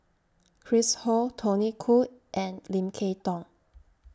Chris Ho Tony Khoo and Lim Kay Tong